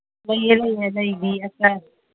ꯂꯩꯌꯦ ꯂꯩꯌꯦ ꯂꯩꯒꯤ ꯆꯥꯔ